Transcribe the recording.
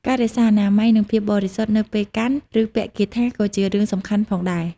ការរក្សាអនាម័យនិងភាពបរិសុទ្ធនៅពេលកាន់ឬពាក់គាថាក៏ជារឿងសំខាន់ផងដែរ។